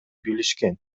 билишкен